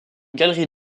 galerie